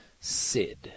Sid